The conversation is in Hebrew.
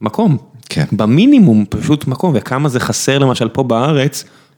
מקום במינימום פשוט מקום וכמה זה חסר למשל פה בארץ.